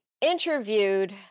interviewed